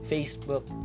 Facebook